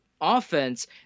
offense